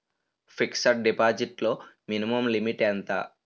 Fixed deposit లో minimum limit ఎంత?